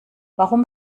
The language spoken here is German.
warum